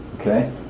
Okay